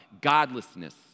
godlessness